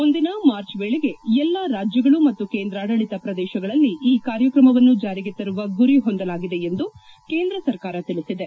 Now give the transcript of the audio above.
ಮುಂದಿನ ಮಾರ್ಚ್ ವೇಳೆಗೆ ಎಲ್ಲಾ ರಾಜ್ಗಳು ಮತ್ತು ಕೇಂದ್ರಾಡಳಿತ ಪ್ರದೇಶಗಳಲ್ಲಿ ಈ ಕಾರ್ಯಕ್ರಮವನ್ನು ಜಾರಿಗೆ ತರುವ ಗುರಿ ಹೊಂದಲಾಗಿದೆ ಎಂದು ಕೇಂದ್ರ ಸರ್ಕಾರ ತಿಳಿಸಿದೆ